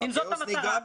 אם זאת המטרה שלך.